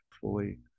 fully